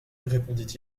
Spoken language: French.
répondit